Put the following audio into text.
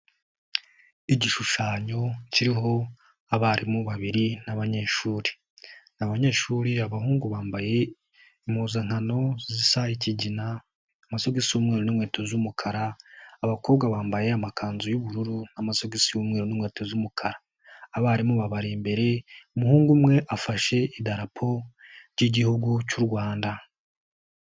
Igishushanyo kiriho abarimu babiri n'abanyeshuri abanyeshuri abahungu bambaye impuzankano zisa ikigina, amasogisi y'umweru n'inkweto z'umukara, abakobwa bambaye amakanzu y'ubururu n'amasogisi y'umweru n'inkweto z'umukara, abarimu babari imbere umuhungu umwe afashe idarapo ry'igihugu cy'u Rwanda.